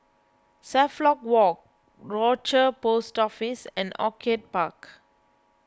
Suffolk Walk Rochor Post Office and Orchid Park